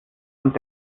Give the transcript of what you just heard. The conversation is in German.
und